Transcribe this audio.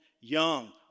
young